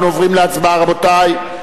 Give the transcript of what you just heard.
אנחנו עוברים להצבעה, רבותי.